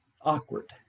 awkward